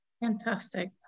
Fantastic